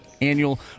annual